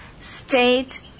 state